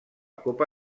copa